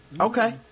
okay